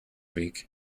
week